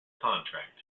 contract